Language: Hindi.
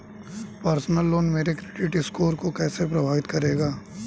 पर्सनल लोन मेरे क्रेडिट स्कोर को कैसे प्रभावित करेगा?